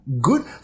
Good